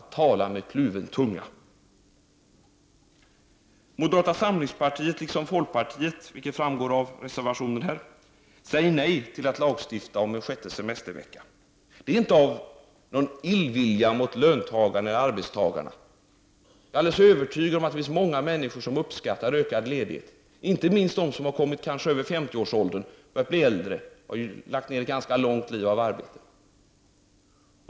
Som framgår av reservationen säger moderata samlingspartiet liksom folkpartiet nej till att lagstifta om en sjätte semestervecka, och det är inte av någon illvilja mot arbetstagarna. Jag är alldeles övertygad om att det finns många människor som uppskattar ökad ledighet, inte minst de som har kommit upp i 50-årsåldern och lagt ned ett ganska långt liv på arbete.